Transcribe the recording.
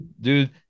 Dude